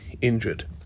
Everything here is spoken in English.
injured